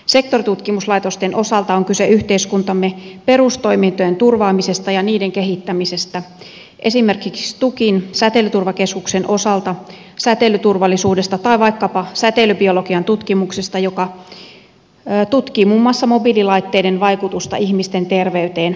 sektoritutkimuslaitosten osalta on kyse yhteiskuntamme perustoimintojen turvaamisesta ja niiden kehittämisestä esimerkiksi stukin säteilyturvakeskuksen osalta säteilyturvallisuudesta tai vaikkapa säteilybiologian tutkimuksesta joka tutkii muun muassa mobiililaitteiden vaikutusta ihmisten terveyteen